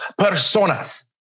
personas